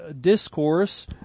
discourse